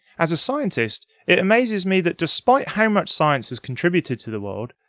as a scientist, it amazes me that despite how much science has contributed to the world,